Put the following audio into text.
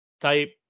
type